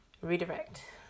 redirect